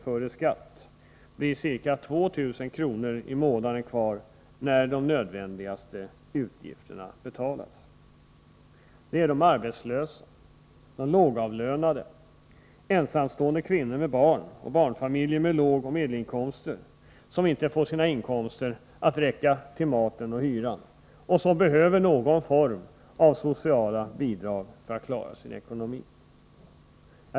före skatt blir ca 2 000 kr. i månaden kvar när de nödvändigaste utgifterna har betalats. Det är de arbetslösa, de lågavlönade, ensamstående kvinnor med barn samt barnfamiljer med lågoch medelinkomster som inte får sina inkomster att räcka till maten och hyran, och som behöver någon form av sociala bidrag för att klara sin ekonomi.